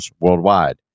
worldwide